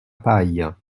paille